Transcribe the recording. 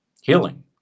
Healing